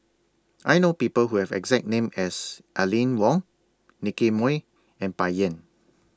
I know People Who Have The exact name as Aline Wong Nicky Moey and Bai Yan